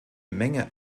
menge